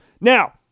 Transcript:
Now